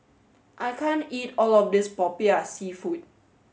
I can't eat all of this Popiah seafood